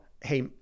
hey